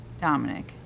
Dominic